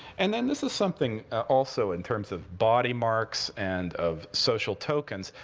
and then this is something also, in terms of body marks and of social tokens,